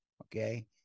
Okay